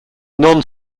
non